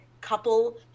couple